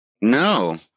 No